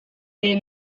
jej